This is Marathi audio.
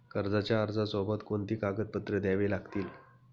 कर्जाच्या अर्जासोबत कोणती कागदपत्रे द्यावी लागतील?